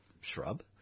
shrub